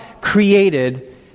created